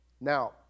Now